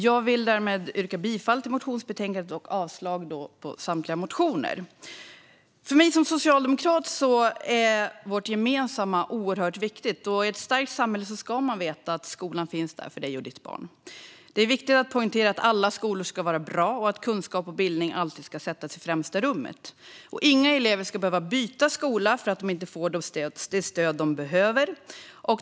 Jag vill här yrka bifall till förslaget i betänkandet och avslag på samtliga motioner. För mig som socialdemokrat är det gemensamma oerhört viktigt. I ett starkt samhälle ska du veta att skolan finns för dig och ditt barn. Det är viktigt att poängtera att alla skolor ska vara bra och att kunskap och bildning alltid ska sättas i främsta rummet. Inga elever ska behöva byta skola för att de inte får det stöd de behöver.